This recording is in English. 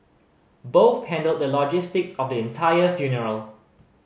both handled the logistics of the entire funeral